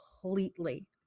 completely